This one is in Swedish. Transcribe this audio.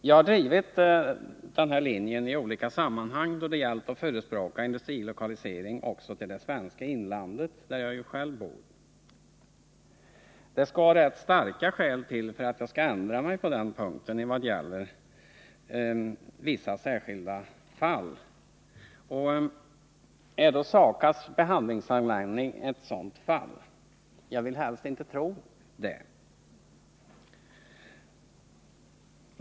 Jag har drivit denna linje i olika sammanhang då det gällt att förespråka industrilokalisering också till det svenska inlandet, där jag ju själv bor. Det skall rätt starka skäl till för att jag skall ändra mig på den punkten i vad gäller vissa särskilda fall. Är då SAKAB:s behandlingsanläggning ett sådant fall? Jag vill helst inte tro det.